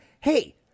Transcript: hey